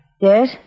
Yes